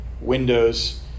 windows